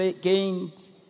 gained